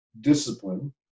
discipline